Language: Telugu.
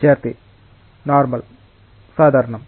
విద్యార్థి సాధారణం